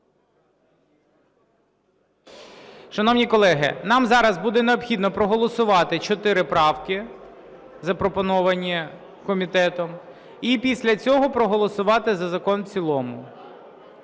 Шановні колеги, нам зараз буде необхідно проголосувати чотири правки, запропоновані комітетом, і після цього проголосувати за закон у цілому.